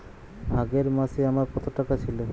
আগের মাসে আমার কত টাকা ছিল?